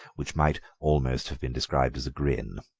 which might almost have been described as a grin.